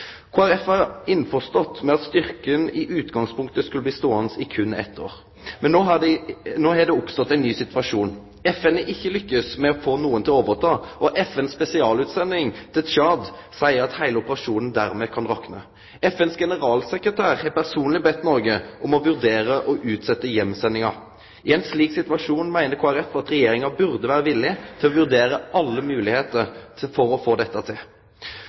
innforstått med at styrken i utgangspunktet skulle bli ståande i berre eitt år. Men no har det oppstått ein ny situasjon. FN har ikkje lykkast med å få nokon til å overta, og FNs spesialutsending til Tsjad seier at heile operasjonen dermed kan rakne. FNs generalsekretær har personleg bedt Noreg om å vurdere å utsetje heimsendinga. I ein slik situasjon meiner Kristeleg Folkeparti at Regjeringa burde vere villig til å vurdere alle moglegheiter for å få dette til.